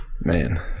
Man